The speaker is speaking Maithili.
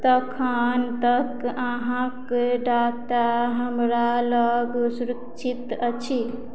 तखन तक अहाँके डाटा हमरा लग सुरक्षित अछि